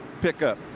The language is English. pickup